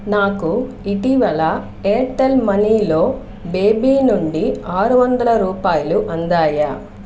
నాకు ఇటీవల ఎయిర్టెల్ మనీలో బేబీ నుండి ఆరు వందల రూపాయలు అందాయా